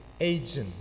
agent